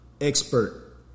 expert